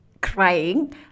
crying